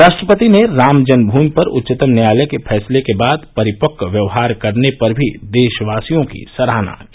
राष्ट्रपति ने राम जन्मभूमि पर उच्चतम न्यायालय के फैसले के बाद परिपक्व व्यवहार करने पर भी देशवासियों की सराहना की